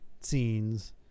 scenes